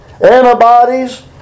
Antibodies